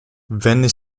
venne